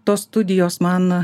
tos studijos man